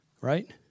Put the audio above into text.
right